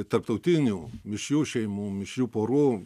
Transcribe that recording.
tarptautinių mišrių šeimų mišrių porų